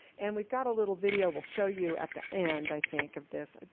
and we've got a little video we'll show you at the end, i think of this.